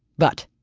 but,